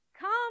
come